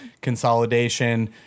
consolidation